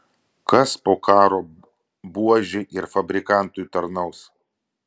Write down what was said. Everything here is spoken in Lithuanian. kas po karo buožei ir fabrikantui tarnaus